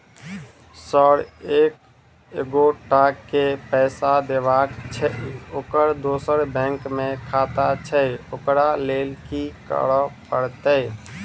Sir एक एगोटा केँ पैसा देबाक छैय ओकर दोसर बैंक मे खाता छैय ओकरा लैल की करपरतैय?